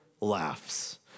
laughs